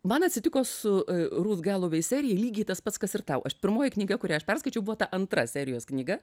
man atsitiko su rut galovei serija lygiai tas pats kas ir tau aš pirmoji knyga kurią aš perskaičiau buvo ta antra serijos knyga